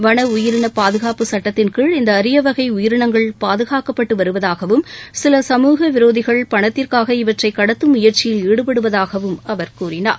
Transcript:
வன உயிரினப் பாதுகாப்பு சட்டத்தின்கீழ் இந்த அரியவகை உயிரினங்கள் பாதுகாக்கப்பட்டு வருவதாகவும் சில சமூகவிரோதிகள் பணத்திற்காக இவற்றை கடத்தும் முயற்சியில் ஈடுபடுவதாகவும் அவர் கூறினார்